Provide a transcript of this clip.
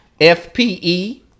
F-P-E